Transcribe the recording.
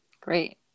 great